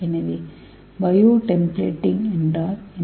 எனவே bio templating என்றால் என்ன